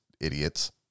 idiots